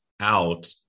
out